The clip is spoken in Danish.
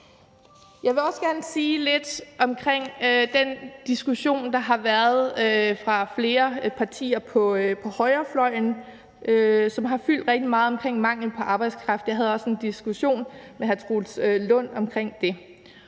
Jeg vil også gerne sige lidt om den diskussion, der har været fra flere partiers side på højrefløjen, og som har fyldt rigtig meget, om mangel på arbejdskraft. Jeg havde også en diskussion med hr. Troels Lund Poulsen om det.